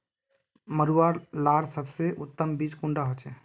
मरुआ लार सबसे उत्तम बीज कुंडा होचए?